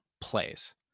plays